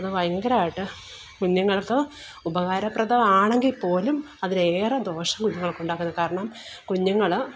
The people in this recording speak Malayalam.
അത് ഭയങ്കരമായിട്ട് കുഞ്ഞുങ്ങൾക്ക് ഉപകാരപ്രദം ആണെങ്കിൽ പോലും അതിലേറെ ദോഷ ഗുണങ്ങൾ ഉണ്ടാകുന്നു കാരണം കുഞ്ഞുങ്ങൾ